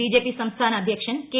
BJP സംസ്ഥാന അധ്യക്ഷൻ K